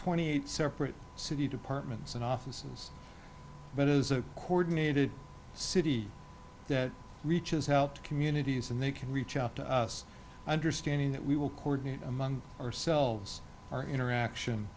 twenty eight separate city departments and offices but is a coordinated city that reaches out to communities and they can reach out to us understanding that we will coordinate among ourselves our interaction